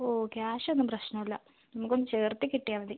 ഓ cash ഒന്നും പ്രശ്നം ഇല്ല നമുക്ക് ഒന്ന് ചേർത്ത് കിട്ടിയാൽ മതി